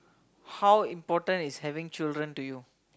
how important is having children to you